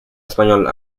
español